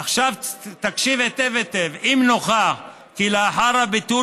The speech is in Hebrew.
עכשיו תקשיב היטב היטב "אם נוכח כי לאחר הביטול